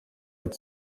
art